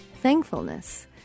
thankfulness